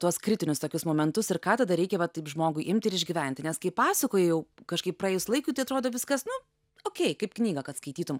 tuos kritinius tokius momentus ir ką tada reikia va taip žmogui imti ir išgyventi nes kai pasakoji jau kažkaip praėjus laikui tai atrodo viskas nu okei kaip knygą kad skaitytum